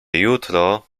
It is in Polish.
jutro